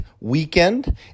weekend